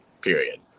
period